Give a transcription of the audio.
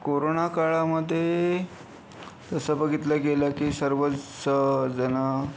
corona काळामध्ये तसं बघितलं गेलं की सर्वच जणं